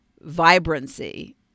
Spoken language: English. vibrancy